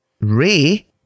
Ray